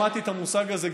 שמעתי את המושג הזה,